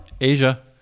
Asia